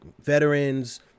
veterans